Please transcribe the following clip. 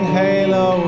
halo